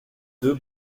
deux